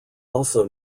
also